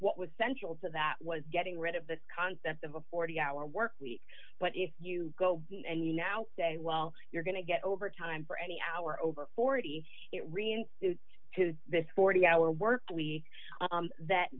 what was central to that was getting rid of the concept of a forty hour work week but if you go in and you now say well you're going to get overtime for any hour over forty it remains to this forty hour work week that